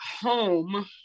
home